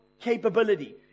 capability